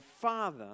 father